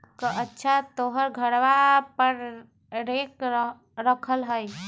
कअच्छा तोहर घरवा पर रेक रखल हई?